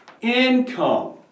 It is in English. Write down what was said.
Income